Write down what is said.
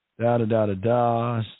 Da-da-da-da-da